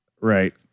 Right